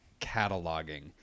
cataloging